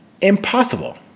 impossible